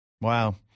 Wow